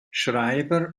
schreiber